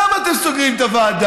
למה את סוגרים את הוועדה?